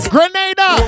Grenada